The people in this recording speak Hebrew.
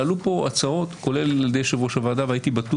עלו כאן הצעות כולל על ידי יושב ראש הוועדה וחשבתי